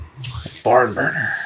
Barnburner